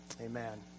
Amen